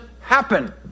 happen